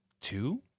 two